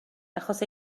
achos